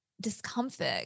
discomfort